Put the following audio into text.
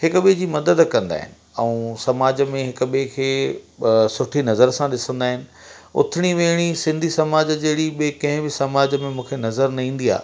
हिक ॿिए जी मदद कंदा आहिनि ऐं समाज में हिक ॿिए खे सुठी नज़र सां ॾिसंदा आहिनि उथिणी वेहिणी सिंधी समाज जहिड़ी ॿिए कंहिं बि समाज में मूंखे नज़रु न ईंदी आहे